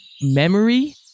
memory